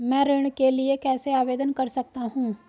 मैं ऋण के लिए कैसे आवेदन कर सकता हूं?